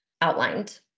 outlined